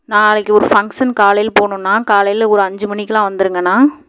நாளைக்கு ஒரு ஃபங்க்ஷன் காலையில் போணும்ணா காலையில ஒரு அஞ்சு மணிக்கெல்லாம் வந்துடுங்கண்ணா